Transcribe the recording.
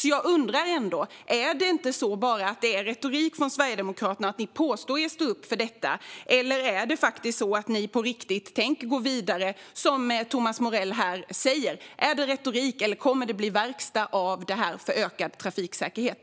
Är det inte bara retorik från Sverigedemokraterna när ni påstår att ni står upp för detta, Thomas Morell? Eller tänker ni gå vidare på riktigt, som du säger här? Är det retorik, eller kommer det att bli verkstad av det här för ökad trafiksäkerhet?